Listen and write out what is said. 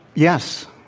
yes,